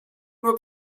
nur